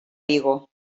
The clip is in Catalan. vigo